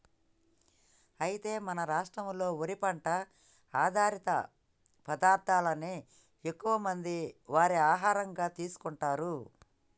అయితే మన రాష్ట్రంలో వరి పంట ఆధారిత పదార్థాలనే ఎక్కువ మంది వారి ఆహారంగా తీసుకుంటారు